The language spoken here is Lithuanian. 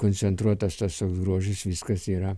koncentruotas tas toks grožis viskas yra